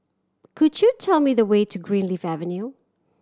could you tell me the way to Greenleaf Avenue